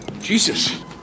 Jesus